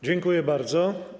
Dziękuję bardzo.